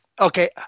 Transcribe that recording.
Okay